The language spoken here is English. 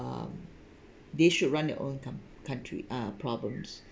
um they should run their own count~ country ah problems